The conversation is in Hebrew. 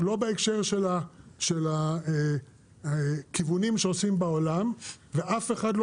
לא בהקשר של הכיוונים שעושים בעולם ואף אחד לא